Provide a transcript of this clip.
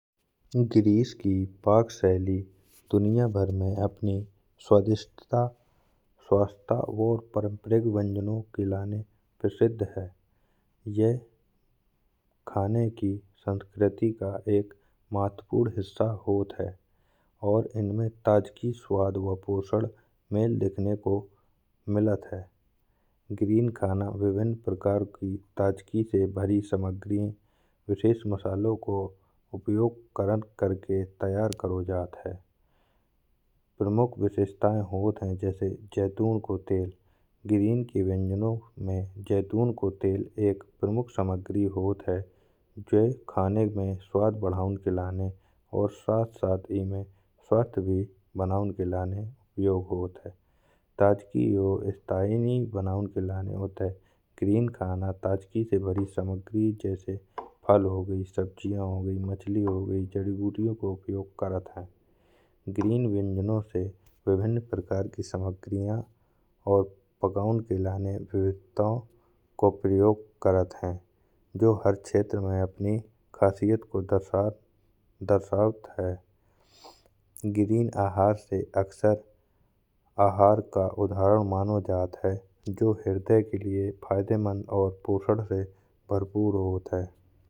ग्रीस की पाक शैली दुनिया भर में अपनी स्वादिष्टता स्वास्थ्य और पारंपरिक व्यंजनों के लिए प्रसिद्ध है। यह खाने की संस्कृति का एक महत्वपूर्ण हिस्सा होती है और इनमें आज की स्वाद हुआ पोषण में दिखाने को मिलत है। ग्रीक खाना विभिन्न प्रकार की ताजगी से भरी सामग्री विशेष मसालों को उपयोग करके तैयार करो जात है। प्रमुख विशेषताएँ होत हैं जैसे जैतून को तेल ग्रीक की व्यंजनों में जैतून को तेल एक प्रमुख सामग्री होत है। जो खाने में स्वाद बढ़ाने के लिए और साथ ही इसे स्वस्थ भी बनाने के लिए योग्य होत है। ताजगी और स्थानीयता बनाने के लिए उठे ग्रीक खाना ताजगी से भरी सामग्री जैसे फल हो गए, सब्जियाँ हो गईं, मछली हो गई जगली बूटियों का उपयोग करत है। ग्रीक व्यंजनों से विभिन्न प्रकार की सामग्री और पका के लैन विविधताओं को प्रयोग करत है। जो हर क्षेत्र में अपनी खासियत को दर्शात है। ग्रीक आहार से अक्सर आहार का उदाहरण मानो जता है। जो हृदय के लिए फायदमंद और पोषण से भरपूर होत है।